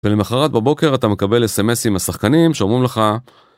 ולמחרת בבוקר אתה מקבל sms עם השחקנים שאומרים לך.